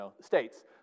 states